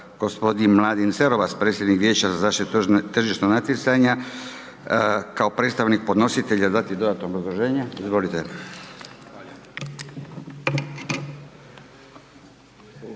gospodin Mladen Cerovac, predsjednik Vijeća za zaštitu tržišnog natjecanja kao predstavnik podnositelja dati dodatno obrazloženje? Izvolite.